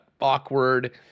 awkward